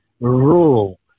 rule